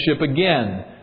again